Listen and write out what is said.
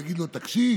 להגיד לו: תקשיב,